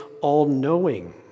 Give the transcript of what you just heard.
all-knowing